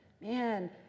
Man